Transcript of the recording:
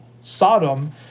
Sodom